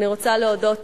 אני רוצה להודות,